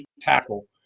tackle